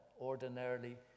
ordinarily